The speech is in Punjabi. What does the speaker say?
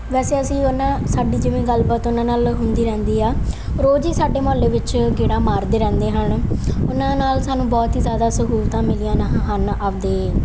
ਵੈਸੇ ਅਸੀਂ ਉਹਨਾਂ ਸਾਡੀ ਜਿਵੇਂ ਗੱਲਬਾਤ ਉਹਨਾਂ ਨਾਲ ਹੁੰਦੀ ਰਹਿੰਦੀ ਆ ਰੋਜ਼ ਹੀ ਸਾਡੇ ਮਹੱਲੇ ਵਿੱਚ ਗੇੜਾ ਮਾਰਦੇ ਰਹਿੰਦੇ ਹਨ ਉਹਨਾਂ ਨਾਲ ਸਾਨੂੰ ਬਹੁਤ ਹੀ ਜ਼ਿਆਦਾ ਸਹੂਲਤਾਂ ਮਿਲੀਆਂ ਨ ਹਨ ਆਪਣੇ